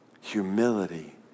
humility